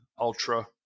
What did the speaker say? ultra